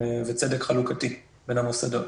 וצדק חלוקתי בין המוסדות,